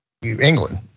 England